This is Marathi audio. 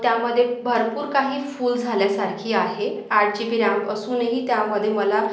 त्यामध्ये भरपूर काही फूल झाल्यासारखी आहे आठ जी बी रॅम असूनही त्यामध्ये मला